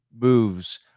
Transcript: moves